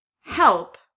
help